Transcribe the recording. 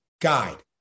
guide